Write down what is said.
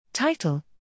Title